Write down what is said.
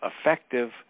effective